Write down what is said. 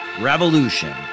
revolution